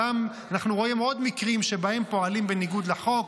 אנחנו רואים עוד מקרים שבהם פועלים בניגוד לחוק.